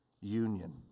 union